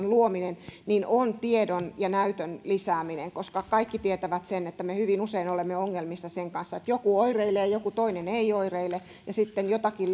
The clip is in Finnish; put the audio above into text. luominen on tiedon ja näytön lisääminen koska kaikki tietävät sen että me hyvin usein olemme ongelmissa sen kanssa että joku oireilee ja ja joku toinen ei oireile ja jotakin